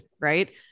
right